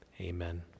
Amen